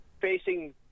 facing